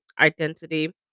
identity